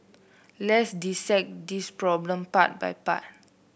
let's dissect this problem part by part